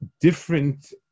different